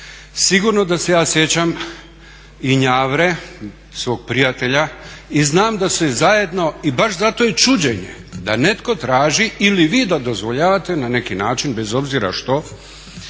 Sigurno da se ja sjećam i Njavre, svog prijatelja i znam da se zajedno i baš zato i čuđenje da netko traži ili vi da dozvoljavate na neki način, bez obzira što,